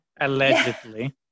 allegedly